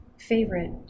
favorite